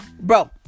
bro